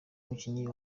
mukinnyi